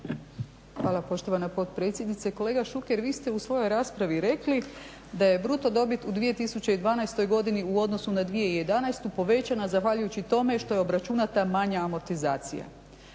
Hvala poštovana potpredsjednice. Kolega Šuker, vi ste u svojoj raspravi rekli da je bruto dobit u 2012. godini u odnosu na 2011. povećana zahvaljujući tome što je obračunata manja amortizacija.